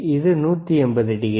இது 180 டிகிரி